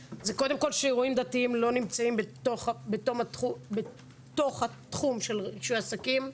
זה קודם כול שאירועים דתיים לא נמצאים בתוך התחום של רישוי עסקים.